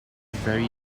very